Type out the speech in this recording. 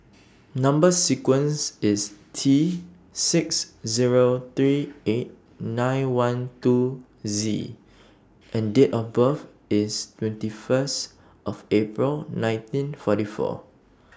Number sequence IS T six Zero three eight nine one two Z and Date of birth IS twenty First of April nineteen forty four